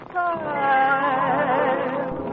time